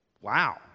Wow